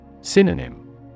Synonym